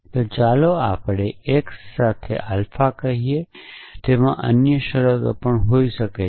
તો ચાલો આપણે x સાથે આલ્ફાકહીએ તેમાં અન્ય શરતો પણ હોઈ શકે છે